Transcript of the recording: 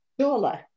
Surely